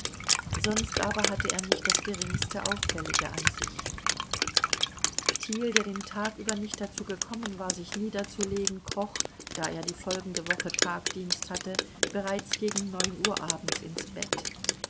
sonst aber hatte er nicht das geringste auffällige an sich thiel der den tag über nicht dazu gekommen war sich niederzulegen kroch da er die folgende woche tagdienst hatte bereits gegen neun uhr abends ins bett